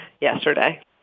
yesterday